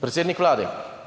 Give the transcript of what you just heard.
Predsednik Vlade,